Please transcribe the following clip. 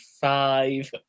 five